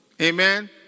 amen